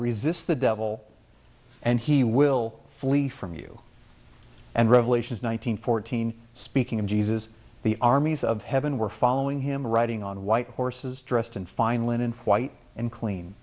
resist the devil and he will flee from you and revelations nine hundred fourteen speaking of jesus the armies of heaven were following him riding on white horses dressed in fine linen white and clean